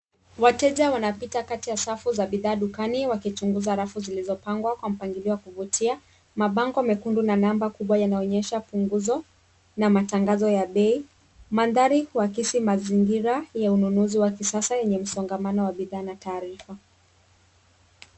Wateja wanapita kati ya safu za bidhaa dukani wakichuguza safu zilizopangwa kwa mpangilio wa kuvutia. Mabango mekundu na namba yanaonyesha punguzo na matangazo ya bei. Mandhari uakisi mazingira ya ununuzi wa kisasa yenye msongamano wa bidhaa na taarifa.